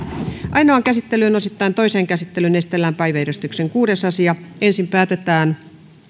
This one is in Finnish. ainoaan osittain toiseen käsittelyyn esitellään päiväjärjestyksen kuudes asia ensin päätetään